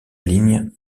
ligne